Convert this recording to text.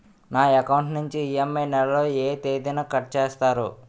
నా అకౌంట్ నుండి ఇ.ఎం.ఐ నెల లో ఏ తేదీన కట్ చేస్తారు?